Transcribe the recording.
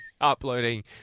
uploading